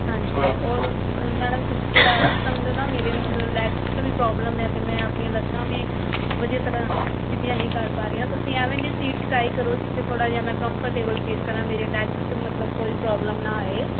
ਹਾਂਜੀ ਮੈਡਮ ਤੁਸੀਂ ਥੋੜ੍ਹਾ ਸਮਝੋ ਨਾ ਮੇਰੇ ਮਤਲਬ ਲੇਗਸ 'ਚ ਵੀ ਪ੍ਰੋਬਲਮ ਹੈ ਅਤੇ ਮੈਂ ਆਪਣੀਆਂ ਲੱਤਾਂ ਵੀ ਵਧੀਆ ਤਰ੍ਹਾਂ ਸਿੱਧੀਆਂ ਨਹੀਂ ਕਰ ਪਾ ਰਹੀ ਹਾਂ ਤੁਸੀਂ ਐਵੇਂ ਦੀ ਸੀਟ ਟਰਾਈ ਕਰੋ ਜਿੱਥੇ ਥੋੜ੍ਹਾ ਜਿਹਾ ਮੈਂ ਕੰਫਰਟੇਬਲ ਫੀਲ ਕਰਾਂ ਮੇਰੀਆਂ ਲੇਗਸ 'ਚ ਮਤਲਬ ਕੋਈ ਪ੍ਰੋਬਲਮ ਨਾ ਆਵੇ